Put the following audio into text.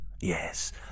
Yes